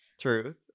Truth